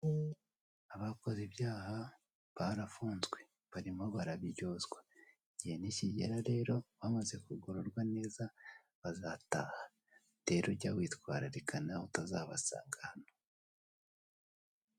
Abakoze ibyaha barafunzwe barimo barabiryozwa, igihe nikigera rero bamaze kugororwa neza bazataha, rero jya witwararika neza nawe utazabasanga hano.